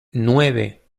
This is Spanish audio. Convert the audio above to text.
nueve